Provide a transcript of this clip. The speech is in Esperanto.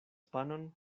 panon